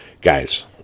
Guys